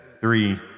Three